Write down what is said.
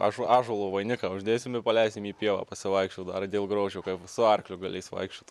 ąžuolo vainiką uždėsim ir paleisime į pievą pasivaikščiot dar dėl grožio kaip su arkliu galės vaikščiot